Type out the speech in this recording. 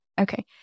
Okay